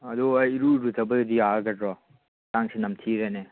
ꯑꯗꯨ ꯑꯩ ꯏꯔꯨ ꯂꯨꯖꯕꯗꯤ ꯌꯥꯒꯗ꯭ꯔꯣ ꯍꯛꯆꯥꯡꯁꯤ ꯅꯝꯊꯤꯔꯦꯅꯦ